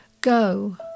go